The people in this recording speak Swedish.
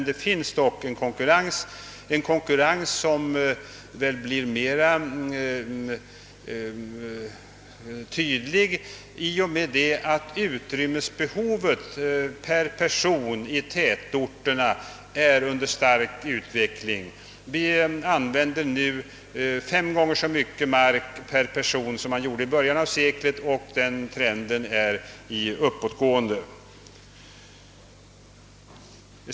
Det finns dock en konkurrens, som väl blir tydligare i och med att utrymmesbehovet per person i tätorterna är i stark ökning. Vi använder nu fem gånger så mycket mark per person som man använde i början av seklet, och den trenden är i uppåtgående.